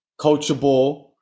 coachable